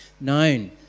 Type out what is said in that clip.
known